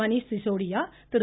Manish Sisodia Thiru